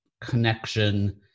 connection